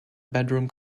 bedroom